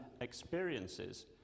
experiences